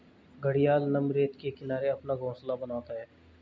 घड़ियाल नम रेत के किनारे अपना घोंसला बनाता है